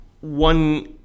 one